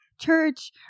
church